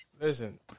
Listen